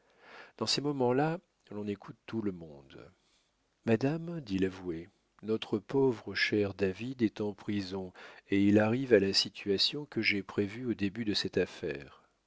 dans ces moments-là l'on écoute tout le monde madame dit l'avoué notre pauvre cher david est en prison et il arrive à la situation que j'ai prévue au début de cette affaire